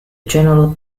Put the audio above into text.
general